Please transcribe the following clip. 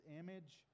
image